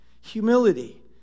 Humility